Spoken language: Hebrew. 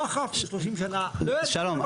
לא ידעת שאתה בעבירת בנייה --- שלום,